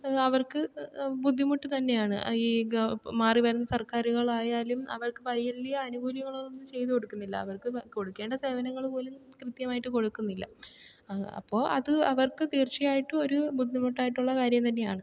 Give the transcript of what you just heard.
അവർക്ക് ബുദ്ധിമുട്ട് തന്നെയാണ് ഈ മാറി വരുന്ന സർക്കാരുകളായാലും അവർക്ക് ആനുകൂല്യങ്ങളൊന്നും ചെയ്ത് കൊടുക്കുന്നില്ല അവർക്ക് കൊടുക്കേണ്ട സേവനങ്ങൾ പോലും കൃത്യമായിട്ട് കൊടുക്കുന്നില്ല അപ്പോൾ അത് അവർക്ക് തീർച്ചയായിട്ടും ഒരു ബുദ്ധിമുട്ടായിട്ടുള്ള കാര്യം തന്നെയാണ്